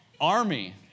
army